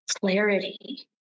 clarity